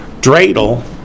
dreidel